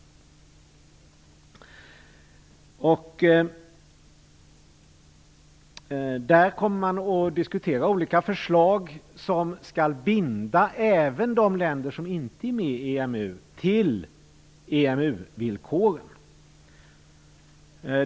Där kommer man att diskutera olika förslag som skall binda även de länder som inte är med i EMU till EMU-villkoren.